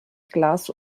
glas